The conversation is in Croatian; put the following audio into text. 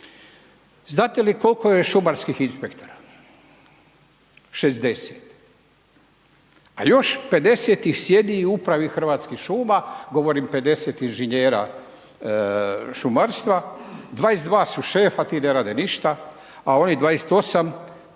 Znate li koliko je šumarskih inspektora? 60. A još 50 ih sjedi u upravi Hrvatskih šuma, govorim 50 inženjera šumarstva, 22 su šefa, ti ne rade ništa a onih 28